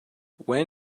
when